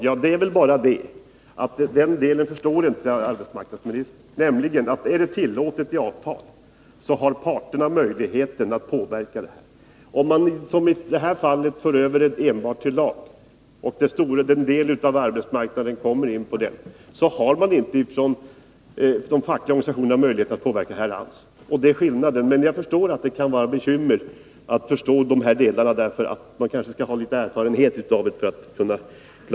Ja, det är väl bara det att arbetsmarknadsministern inte förstår den delen, nämligen att om det är tillåtet i avtal så har parterna möjlighet att påverka. Om man som i det här fallet för över reglerna enbart till lag och en stor del av arbetsmarknaden berörs av den, så har inte de fackliga organisationerna möjlighet att påverka. Det är alltså skillnaden. Men jag inser att det kan vara bekymmer när det gäller att förstå den här delen. Man skall kanske ha litet erfarenhet av detta för att förstå det.